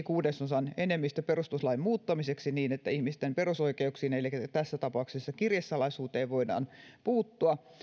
kuudesosan enemmistö perustuslain muuttamiseksi niin että ihmisten perusoikeuksiin elikkä tässä tapauksessa kirjesalaisuuteen voidaan puuttua